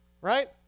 right